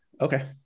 Okay